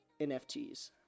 NFTs